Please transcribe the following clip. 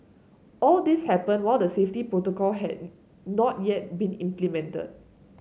all this happened while the safety protocol had not yet been implemented